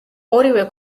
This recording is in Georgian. ორივე